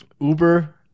Uber